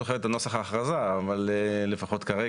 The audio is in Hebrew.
אני לא זוכר את נוסח ההכרזה, אבל לפחות כרגע.